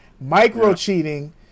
Micro-cheating